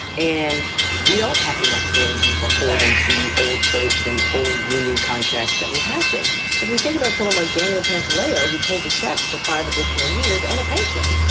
and we don't have to necessarily be beholden to old tropes and old union contracts that we happen. so we think about someone like daniel pantaleo who pulled a check for five additional years and a pension.